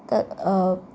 तत्